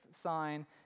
sign